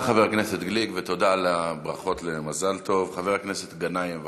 תודה, חבר הכנסת גליק, ותודה על ברכות המזל טוב.